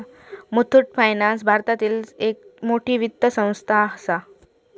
Muthoot finance भारतातली एक मोठी वित्त संस्था आसा